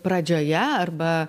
pradžioje arba